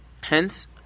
Hence